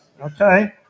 Okay